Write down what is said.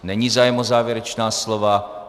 Není zájem o závěrečná slova.